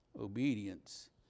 Obedience